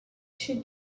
she